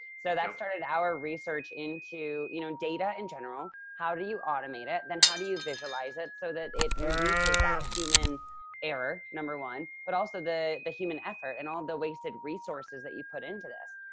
so that started our research into you know data in general. how do you automate it then? how do you visualize it so that it reduces that human error, number one. but also the the human effort and all the wasted resources that you put into this.